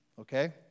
Okay